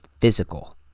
physical